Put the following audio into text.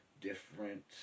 different